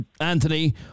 Anthony